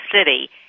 City